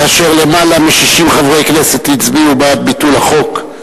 כאשר למעלה מ-60 חברי כנסת הצביעו בעד ביטול החוק,